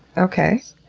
okay.